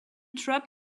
traps